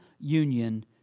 union